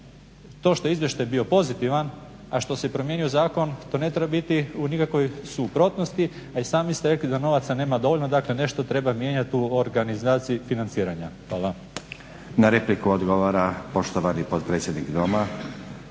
to što je izvještaj bio pozitivan, a što se promijenio zakon to ne treba biti u nikakvoj suprotnosti, a i sami ste rekli da novaca nema dovoljno, dakle nešto treba mijenjati u organizaciji financiranja. Hvala. **Stazić, Nenad (SDP)** Na repliku odgovara poštovani potpredsjednik Doma